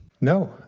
No